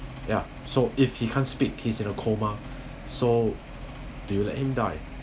ya so if he can't speak he's in a coma so do you let him die